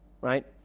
right